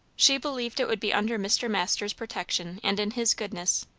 she believed it would be under mr. masters' protection and in his goodness.